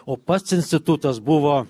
o pats institutas buvo